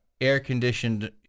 air-conditioned